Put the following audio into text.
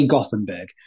Gothenburg